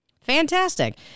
Fantastic